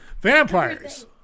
Vampires